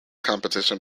competition